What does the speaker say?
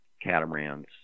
catamarans